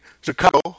Chicago